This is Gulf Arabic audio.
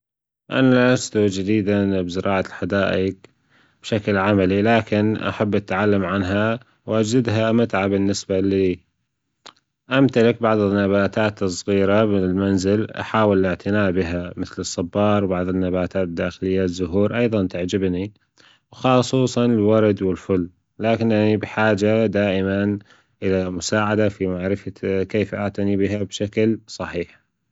أنا لست جديدًا بزراعة الحدايج بشكل عملي لكن أحب التعلم عنها وأجدها متعة بالنسبة لي، أمتلك بعض النباتات الصغيرة بالمنزل أحاول الاعتناء بها مثل الصبار وبعض النباتات الداخلية، الزهور أيضا تعجبني وخصوصًا الورد والفل لكنني بحاجة دائمًا إلى المساعدة في معرفة كيف أعتني بها بشكل صحيح.